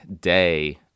day